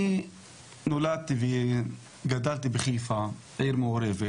מוסיף, רק מעשיר.